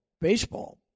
baseball